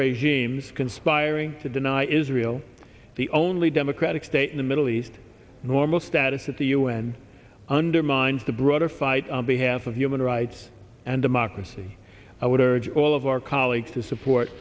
regimes conspiring to deny israel the only democratic state in the middle east normal status at the u n undermines the broader fight on behalf of human rights and democracy i would urge all of our colleagues to support